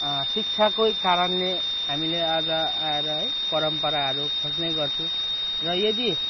शिक्षाकै कारणले हामीले आज आएर है परम्पराहरू खोज्ने गर्छौँ र यदि